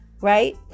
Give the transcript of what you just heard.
right